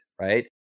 right